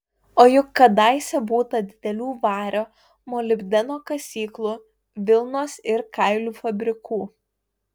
o juk kadaise būta didelių vario molibdeno kasyklų vilnos ir kailių fabrikų